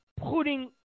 putting